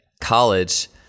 college